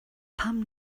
pam